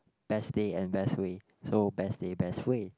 best day and best way so best day best way